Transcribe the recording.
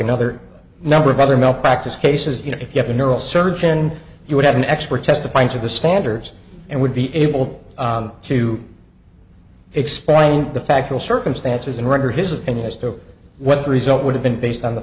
another number of other malpractise cases you know if you have a neurosurgeon you would have an expert testifying to the standards and would be able to explain the factual circumstances and render his opinion as to what the result would have been based on the